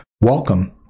Welcome